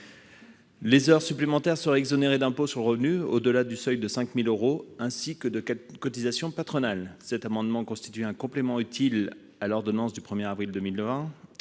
Les heures supplémentaires seraient exonérées d'impôt sur le revenu au-delà du seuil de 5 000 euros, ainsi que de cotisations patronales. Cet amendement constitue un complément utile à l'ordonnance du 1 avril 2020,